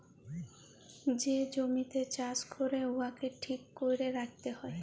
যে জমিতে চাষ ক্যরে উয়াকে ঠিক ক্যরে রাইখতে হ্যয়